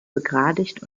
begradigt